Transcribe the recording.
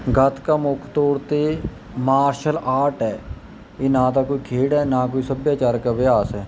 ਗੱਤਕਾ ਮੁੱਖ ਤੌਰ 'ਤੇ ਮਾਰਸ਼ਲ ਆਰਟ ਹੈ ਇਹ ਨਾ ਤਾਂ ਕੋਈ ਖੇਡ ਹੈ ਨਾ ਕੋਈ ਸੱਭਿਆਚਾਰਕ ਅਭਿਆਸ ਹੈ